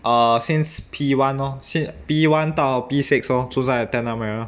ah since P one lor sin~ P one 到 P six lor 住在 tanah merah